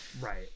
right